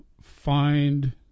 find